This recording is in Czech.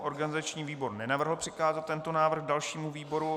Organizační výbor nenavrhl přikázat tento návrh dalšímu výboru.